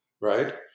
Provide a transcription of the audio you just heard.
Right